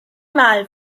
mal